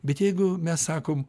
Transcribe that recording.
bet jeigu mes sakom